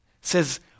says